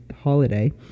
holiday